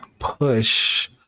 push